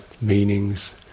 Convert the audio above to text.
meanings